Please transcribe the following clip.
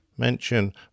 Mention